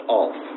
off